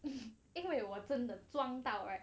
因为我真的装到 right